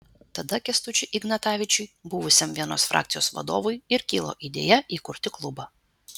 tada kęstučiui ignatavičiui buvusiam vienos frakcijos vadovui ir kilo idėja įkurti klubą